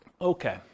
Okay